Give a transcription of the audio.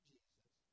Jesus